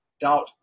doubt